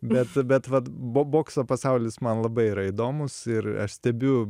bet bet vat bo bokso pasaulis man labai yra įdomus ir aš stebiu